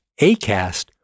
Acast